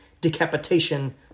decapitation